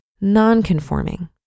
non-conforming